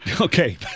Okay